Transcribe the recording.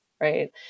Right